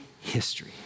history